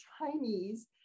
Chinese